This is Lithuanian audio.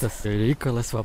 tas reikalas va